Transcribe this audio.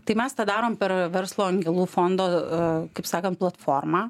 tai mes tą darom per verslo angelų fondo kaip sakant platformą